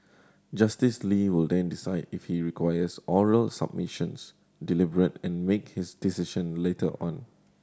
Justice Lee will then decide if he requires oral submissions deliberate and make his decision later on